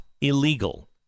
illegal